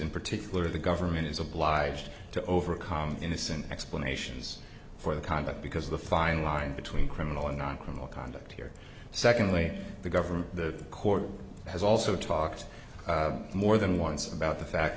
in particular the government is obliged to overcome innocent explanations for the conduct because the fine line between criminal and non criminal conduct here secondly the government the court has also talked more than once about the fact